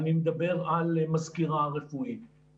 אני מדבר על מזכירה רפואית,